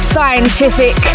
scientific